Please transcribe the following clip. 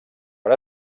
per